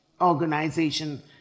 organization